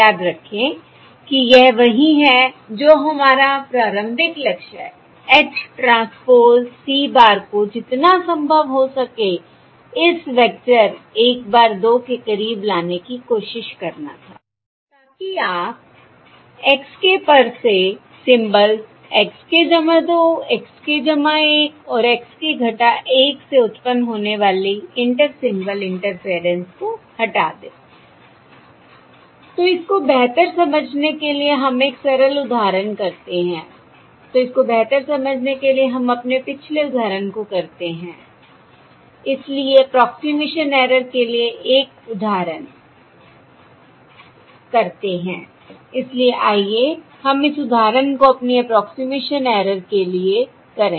याद रखें कि यह वही है जो हमारा प्रारंभिक लक्ष्य H ट्रांसपोज़ c bar को जितना संभव हो सके इस वेक्टर 1 bar 2 के करीब लाने की कोशिश करना था ताकि आप x k पर से symbols x k 2 x k 1 और x k - 1 से उत्पन्न होने वाली इंटर सिंबल इंटरफेयरेंस को हटा दें I तो इसको बेहतर समझने के लिए हम एक सरल उदाहरण करते हैं तो इसको बेहतर समझने के लिए हम अपने पिछले उदाहरण को करते हैं इसलिए अप्रोक्सिमेशन ऐरर के लिए एक उदाहरण इसलिए आइए हम इस उदाहरण को अपनी अप्रोक्सिमेशन ऐरर के लिए करें